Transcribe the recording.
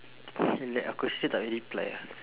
relax aku still tak boleh reply ah